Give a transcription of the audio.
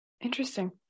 Interesting